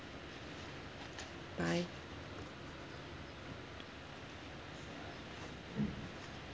bye